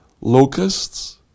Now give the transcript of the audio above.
Locusts